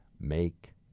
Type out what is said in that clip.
make